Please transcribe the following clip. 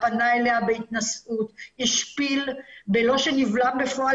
פנה אליה בהתנשאות בלא שנבלם בפועל